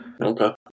Okay